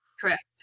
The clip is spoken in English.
Correct